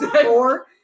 Four